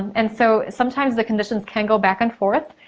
and so sometimes the conditions can go back and forth.